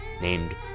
named